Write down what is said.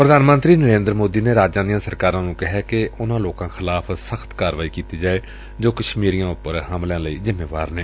ਪ੍ਰਧਾਨ ਮੰਤਰੀ ਨਰੇਦਰ ਮੋਦੀ ਨੇ ਰਾਜਾ ਦੀਆਂ ਸਰਕਾਰਾਂ ਨੂੰ ਕਿਹੈ ਕਿ ਉਨੂਾਂ ਲੋਕਾਂ ਖਿਲਾਫ਼ ਸਖ਼ਤ ਕਾਰਵਾਈ ਕੀਤੀ ਜਾਏ ਜੋ ਕਸ਼ਮੀਰੀਆਂ ਉਪਰ ਹਮਲਿਆਂ ਲਈ ਜਿੰਮੇਵਾਰ ਨੇ